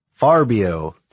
Farbio